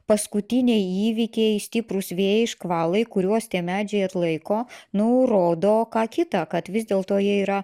paskutiniai įvykiai stiprūs vėjai škvalai kuriuos tie medžiai atlaiko nu rodo ką kitą kad vis dėlto jie yra